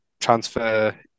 transfer